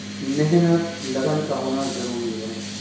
محنت لگن کا ہونا ضروری ہے